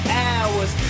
hours